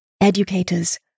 Educators